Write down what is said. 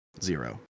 Zero